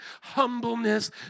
humbleness